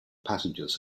passengers